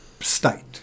state